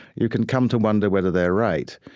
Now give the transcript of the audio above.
you can come to wonder whether they're right.